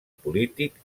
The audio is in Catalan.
polític